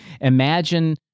Imagine